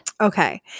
Okay